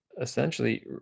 essentially